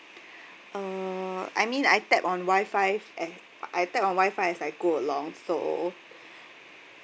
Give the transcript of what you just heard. uh I mean I tap on wi-fi eh I tap on wi-fi as I go along so